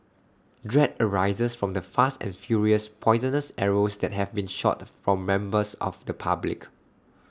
dread arises from the fast and furious poisonous arrows that have been shot from members of the public